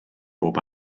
bob